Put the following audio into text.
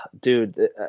Dude